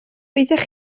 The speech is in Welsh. oeddech